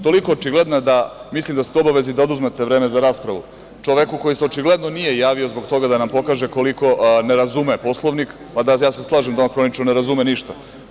Toliko očigledna da mislim da ste u obavezi da oduzmete vreme za raspravu čoveku koji se očigledno nije javio zbog toga da nam pokaže koliko ne razume Poslovnik, ali slažem se da on hronično ne razume ništa.